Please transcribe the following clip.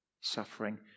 Suffering